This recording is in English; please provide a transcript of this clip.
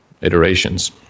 iterations